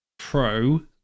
Pro